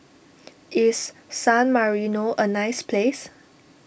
is San Marino a nice place